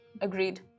agreed